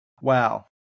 Wow